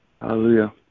Hallelujah